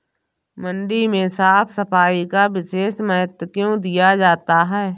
मंडी में साफ सफाई का विशेष महत्व क्यो दिया जाता है?